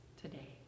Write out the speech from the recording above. today